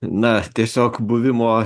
na tiesiog buvimo